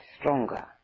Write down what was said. stronger